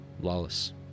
lawless